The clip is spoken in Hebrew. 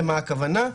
למה הכוונה?